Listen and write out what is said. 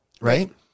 right